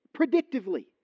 predictively